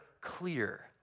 clear